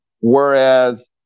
whereas